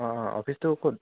অঁ অফিচটো